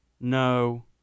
No